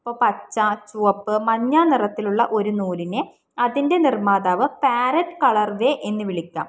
അപ്പോൾ പച്ച ചുവപ്പ് മഞ്ഞ നിറത്തിലുള്ള ഒരു നൂലിനെ അതിൻ്റെ നിർമ്മാതാവ് പാരറ്റ് കളർവേ എന്നു വിളിക്കാം